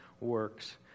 works